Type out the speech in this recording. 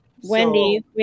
Wendy